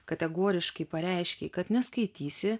kategoriškai pareiškei kad neskaitysi